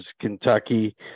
Kentucky